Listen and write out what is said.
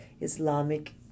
Islamic